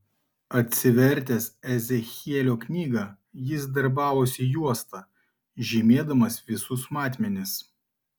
atsivertęs ezechielio knygą jis darbavosi juosta žymėdamas visus matmenis